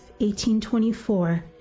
1824